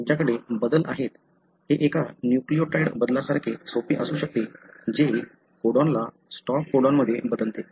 तुमच्याकडे बदल आहेत हे एका न्यूक्लियोटाइड बदलासारखे सोपे असू शकते जे कोडॉनला स्टॉप कोडॉनमध्ये बदलते